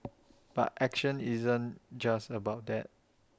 but action isn't just about that